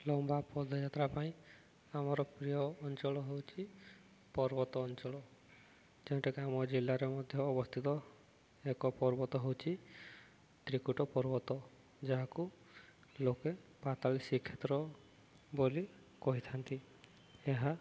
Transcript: ଲମ୍ବା ପଦଯାତ୍ରା ପାଇଁ ଆମର ପ୍ରିୟ ଅଞ୍ଚଳ ହେଉଛି ପର୍ବତ ଅଞ୍ଚଳ ଯେଉଁଟାକି ଆମ ଜିଲ୍ଲାରେ ମଧ୍ୟ ଅବସ୍ଥିତ ଏକ ପର୍ବତ ହେଉଛି ଚିତ୍ରକୂଟ ପର୍ବତ ଯାହାକୁ ଲୋକେ ପାତାଳି ଶ୍ରୀକ୍ଷେତ୍ର ବୋଲି କହିଥାନ୍ତି ଏହା